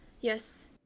yes